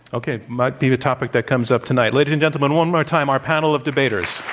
okay. might be a topic that comes up tonight. ladies and gentlemen, one more time, our panel of debaters.